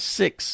six